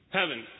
heaven